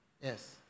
Yes